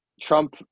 Trump